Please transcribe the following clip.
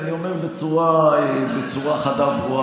אני אומר בצורה חדה וברורה,